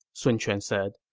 sun quan said.